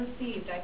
received